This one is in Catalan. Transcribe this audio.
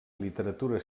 literatura